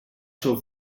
seu